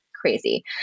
crazy